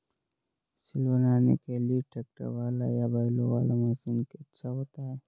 सिल बनाने के लिए ट्रैक्टर वाला या बैलों वाला मशीन अच्छा होता है?